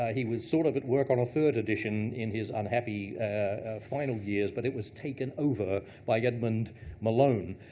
he was sort of at work on a third edition in his unhappy final years. but it was taken over by edmond malone.